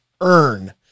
earn